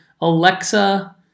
Alexa